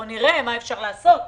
בוא נראה מה אפשר לעשות,